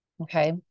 Okay